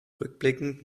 rückblickend